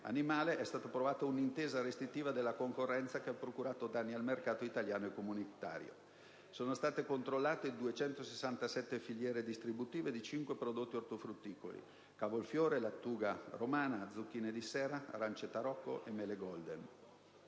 animale è stata provata un'intesa restrittiva della concorrenza che ha procurato danni al mercato italiano e comunitario. Sono state controllate 267 filiere distributive di cinque prodotti ortofrutticoli (cavolfiore, lattuga romana, zucchine di serra, arance tarocco e mele golden):